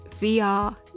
VR